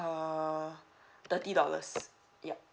uh thirty dollars yup